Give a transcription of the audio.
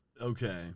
okay